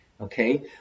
Okay